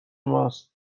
ماست